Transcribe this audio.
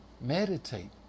Meditate